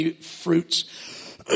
Fruits